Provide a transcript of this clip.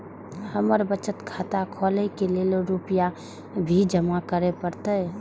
हमर बचत खाता खोले के लेल रूपया भी जमा करे परते?